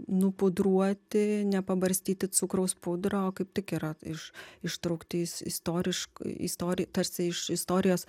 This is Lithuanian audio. nupudruoti nepabarstyti cukraus pudra o kaip tik yra iš ištraukti is istorišk istori tarsi iš istorijos